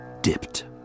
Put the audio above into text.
dipped